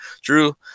Drew